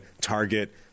target